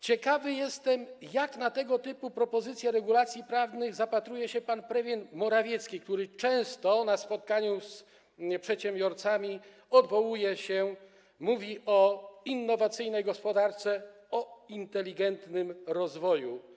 Ciekawy jestem, jak na tego typu propozycje regulacji prawnych zapatruje się pan premier Morawiecki, który często na spotkaniach z przedsiębiorcami mówi o innowacyjnej gospodarce, o inteligentnym rozwoju.